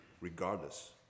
regardless